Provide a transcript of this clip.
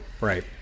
right